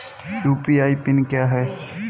UPI pin क्या है?